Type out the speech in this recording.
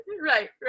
right